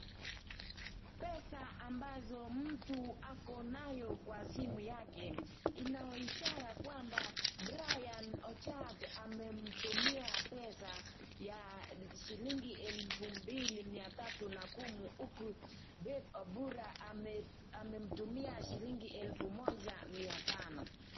Pesa ambazo mtu ako nayo kwa simu yake ina ishara kwamba Brian Ochad amemtumia pesa ya shilingi 2310 huku Beth Obura amemtumia shilingi 1500.